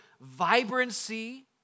vibrancy